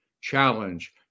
challenge